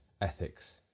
ethics